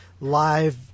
live